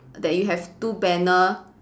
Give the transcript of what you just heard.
that you have two banner